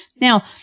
Now